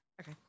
Okay